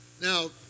Now